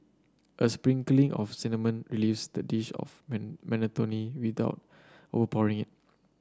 a sprinkling of cinnamon relieves the dish of monotony without overpowering it